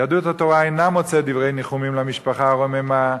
יהדות התורה אינה מוצאת דברי ניחומים למשפחה הרוממה,